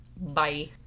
bye